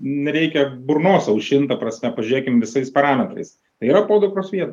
nereikia burnos aušint ta prasme pažiūrėkim visais parametrais tai yra podukros vieta